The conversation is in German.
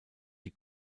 die